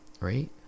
right